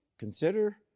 Consider